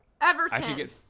Everton